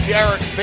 Derek